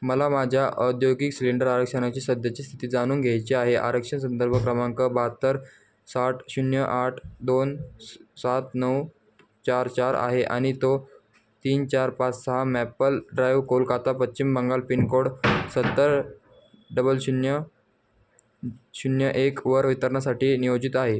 मला माझ्या औद्योगिक सिलेंडर आरक्षणाची सध्याची स्थिती जाणून घ्यायची आहे आरक्षणसंदर्भ क्रमांक बहात्तर साठ शून्य आठ दोन स सात नऊ चार चार आहे आणि तो तीन चार पाच सहा maple drive Kolkata Paschim Bangal pincode सत्तर डबल शून्य शून्य एकवर वितरणासाठी नियोजित आहे